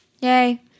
Yay